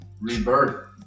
Rebirth